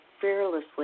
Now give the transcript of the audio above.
fearlessly